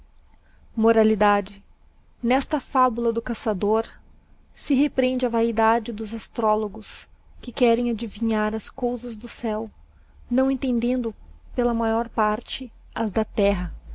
moralidade nesta fabula do caçador se reprebende a vaidade dos astrólogos que querem adivinhar as cousas do ceo não entendendo pela maior parte as da terra